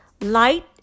light